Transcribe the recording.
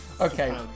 Okay